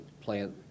plant